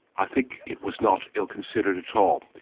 i think it was not ill-considered at all.